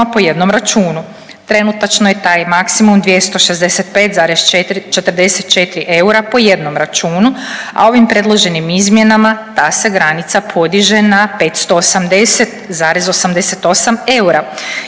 po jednom računu. Trenutačno je taj maksimum 265,44 eura po jednom računu, a ovim predloženim izmjenama ta se granica podiže na 580,88 eura